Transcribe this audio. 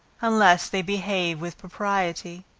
unless they behave with propriety.